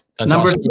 Number